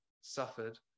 suffered